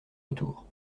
retour